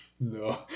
No